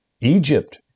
Egypt